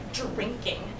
drinking